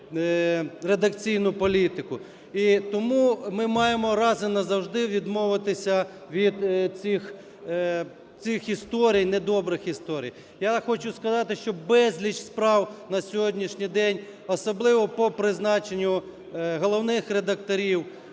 редакційну політику. І тому ми маємо раз і назавжди відмовитись від цих історій не добрих історій. Я хочу сказати, що безліч справ на сьогоднішній день, особливо по призначенню головних редакторів,